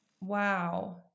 Wow